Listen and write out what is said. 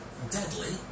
deadly